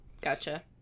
Gotcha